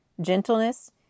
gentleness